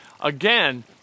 Again